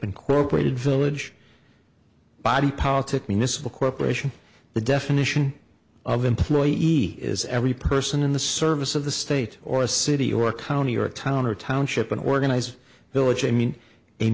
and cooperated village body politic municipal corporation the definition of employee is every person in the service of the state or a city or county or a town or township an organized village i mean